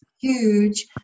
huge